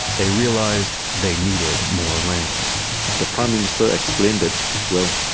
they realized, they needed more land the prime minister explained that, well,